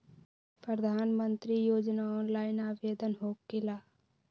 प्रधानमंत्री योजना ऑनलाइन आवेदन होकेला?